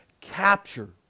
capture